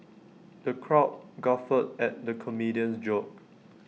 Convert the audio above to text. the crowd guffawed at the comedian's jokes